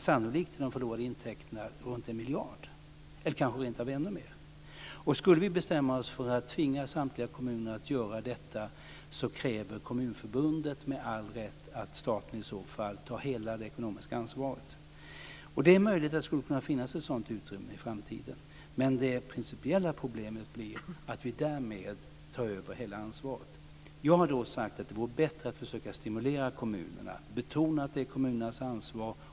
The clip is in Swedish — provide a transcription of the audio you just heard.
Sannolikt är de förlorade intäkterna runt 1 miljard, eller kanske rentav ännu mer. Om vi skulle bestämma oss för att tvinga samtliga kommuner att göra detta, kräver Kommunförbundet med all rätt att staten i så fall tar hela det ekonomiska ansvaret. Det är möjligt att det skulle kunna finnas ett sådant utrymme i framtiden, men det principiella problemet blir att vi därmed tar över hela ansvaret. Jag har sagt att det vore bättre att försöka stimulera kommunerna och betona att det är kommunernas ansvar.